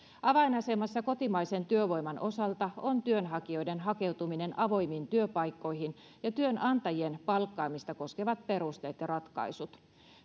avainasemassa kotimaisen työvoiman osalta on työnhakijoiden hakeutuminen avoimiin työpaikkoihin ja työnantajien palkkaamista koskevat perusteet ja ratkaisut